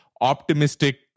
optimistic